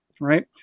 right